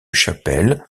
chapelle